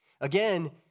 Again